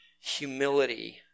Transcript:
humility